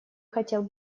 хотел